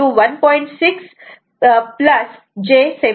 6 j 7